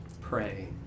pray